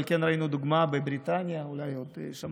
אבל כן ראינו דוגמה אולי בבריטניה ואולי בעוד מקום,